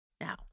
Now